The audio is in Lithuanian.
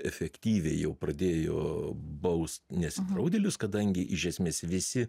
efektyviai jau pradėjo baust nesidraudėlius kadangi iž esmės visi